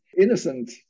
innocent